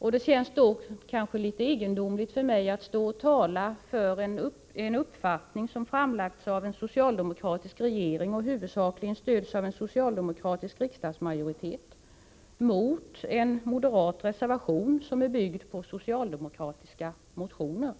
Jag måste nog ändå tillstå att det känns litet egendomligt att stå här och tala för en uppfattning som framförts av en socialdemokratisk regering och som huvudsakligen stöds av en socialdemokratisk riksdagsmajoritet och mot en moderat reservation som bygger på socialdemokratiska motioner.